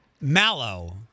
Mallow